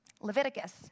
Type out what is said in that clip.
Leviticus